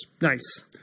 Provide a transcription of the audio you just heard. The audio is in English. Nice